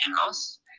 House